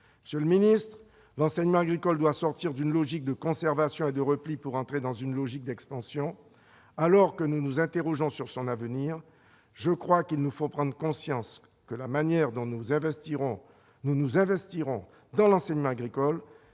Monsieur le ministre, l'enseignement agricole doit sortir d'une logique de conservation et de repli pour entrer dans une logique d'expansion. Alors que nous nous interrogeons sur son avenir, je crois qu'il nous faut prendre conscience que la manière dont nous nous investirons dans ce domaine